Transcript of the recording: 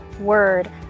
word